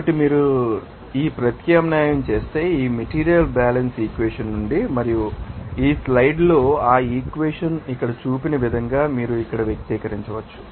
కాబట్టి మీరు ప్రత్యామ్నాయం చేస్తే ఈ మెటీరియల్ బ్యాలెన్స్ ఈక్వెషన్ నుండి మరియు ఈ స్లైడ్లో ఆ ఈక్వేషన్ ాన్ని ఇక్కడ చూపిన విధంగా మీరు ఇక్కడ వ్యక్తీకరించవచ్చు